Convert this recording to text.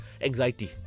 anxiety